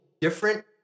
different